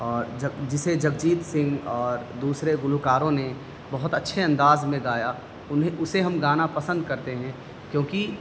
اور جگ جسے جگجیت سنگھ اور دوسرے گلوکاروں نے بہت اچھے انداز میں گایا انہیں اسے ہم گانا پسند کرتے ہیں کیونکہ